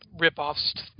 ripoffs